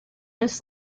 his